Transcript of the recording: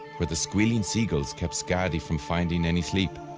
where the squealing seagulls kept skadi from finding any sleep,